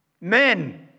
Men